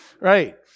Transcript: right